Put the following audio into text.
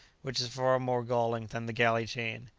which is far more galling than the galley-chain.